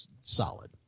solid